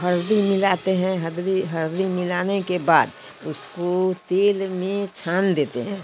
हलदी मिलाते हैं हलदी हलदी मिलाने के बाद उसको तेल में छान देते हैं